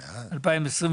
22),